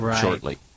shortly